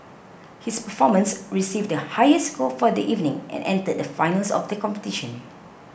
his performance received the highest score for the evening and entered the finals of the competition